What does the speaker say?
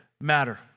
matter